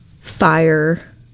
fire